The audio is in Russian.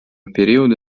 периода